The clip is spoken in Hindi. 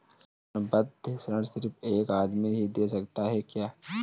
संबंद्ध ऋण सिर्फ एक आदमी ही दे सकता है क्या?